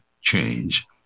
change